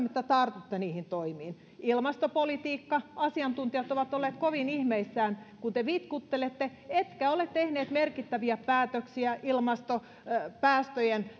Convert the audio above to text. että tartutte niihin toimiin ilmastopolitiikka asiantuntijat ovat olleet kovin ihmeissään kun te vitkuttelette ettekä ole tehneet merkittäviä päätöksiä ilmastopäästöjen